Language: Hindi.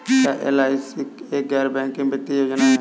क्या एल.आई.सी एक गैर बैंकिंग वित्तीय योजना है?